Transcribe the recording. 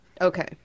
Okay